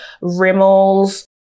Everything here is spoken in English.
Rimmel's